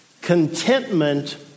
Contentment